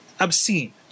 obscene